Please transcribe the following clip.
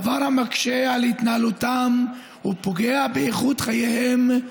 דבר המקשה על התנהלותם ופוגע באיכות חייהם.